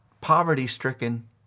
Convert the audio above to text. poverty-stricken